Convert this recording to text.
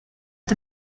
the